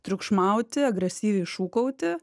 triukšmauti agresyviai šūkauti